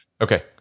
Okay